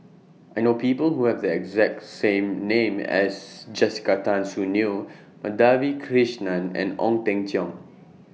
I know People Who Have The exact name as Jessica Tan Soon Neo Madhavi Krishnan and Ong Teng Cheong